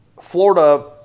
Florida